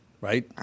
right